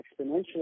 exponentially